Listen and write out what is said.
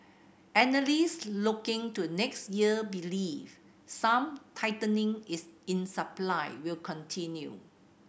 analysts looking to next year believe some tightening is in supply will continue